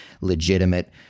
legitimate